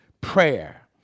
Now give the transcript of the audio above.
prayer